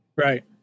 Right